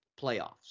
playoffs